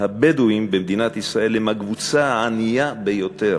הבדואים במדינת ישראל הם הקבוצה הענייה ביותר,